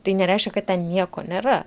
tai nereiškia kad ten nieko nėra